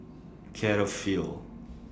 Cetaphil